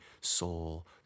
soul